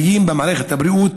הבריאות.